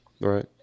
Right